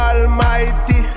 Almighty